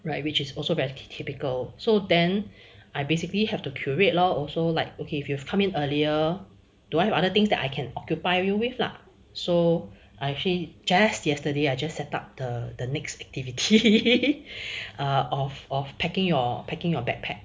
right which is also very typical so then I basically have to curate lor also like okay if you've come in earlier do I have other things that I can occupy you with lah so I actually just yesterday I just set up the the next activity of of packing your parking your backpack